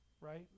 Right